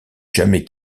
jamais